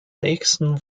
nächsten